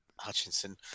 Hutchinson